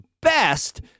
best